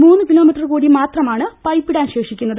മൂന്ന് കിലോമീറ്റർ കൂടി മാത്രമാണ് പൈപ്പ് ഇടാൻ ശേഷിക്കുന്നത്